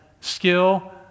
skill